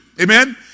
Amen